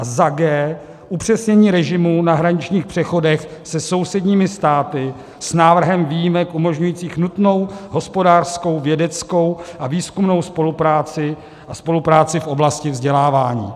a g) upřesnění režimů na hraničních přechodech se sousedními státy s návrhem výjimek umožňujících nutnou hospodářskou, vědeckou a výzkumnou spolupráci a spolupráci v oblasti vzdělávání.